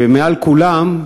ומעל כולם,